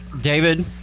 David